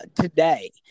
today